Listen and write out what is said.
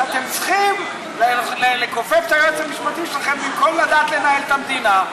שאתם צריכים לכופף את היועץ המשפטי שלכם במקום לדעת לנהל את המדינה.